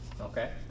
Okay